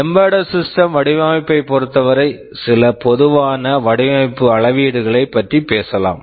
embedded system embedded system வடிவமைப்பைப் பொறுத்தவரை சில பொதுவான வடிவமைப்பு அளவீடுகளைப் பற்றி பேசலாம்